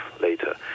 later